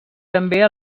també